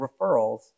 referrals